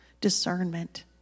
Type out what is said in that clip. discernment